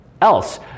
else